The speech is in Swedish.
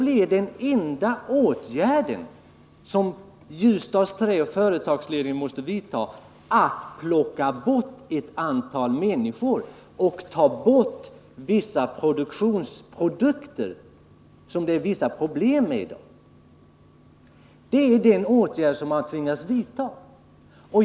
Den enda åtgärd som företagsledningen på Ljusdals Trä då kan vidta blir att plocka bort ett antal människor och upphöra med vissa produkter som ger problem i dag. Det är den åtgärd som man tvingas vidta.